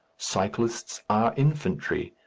cyclists are infantry,